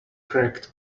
cracked